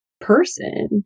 person